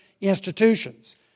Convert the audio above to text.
institutions